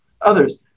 others